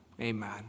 Amen